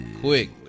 Quick